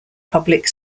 public